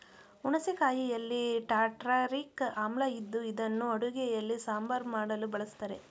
ಹುಣಸೆ ಕಾಯಿಯಲ್ಲಿ ಟಾರ್ಟಾರಿಕ್ ಆಮ್ಲ ಇದ್ದು ಇದನ್ನು ಅಡುಗೆಯಲ್ಲಿ ಸಾಂಬಾರ್ ಮಾಡಲು ಬಳಸ್ತರೆ